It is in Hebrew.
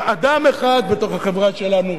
אם אדם אחד בתוך החברה שלנו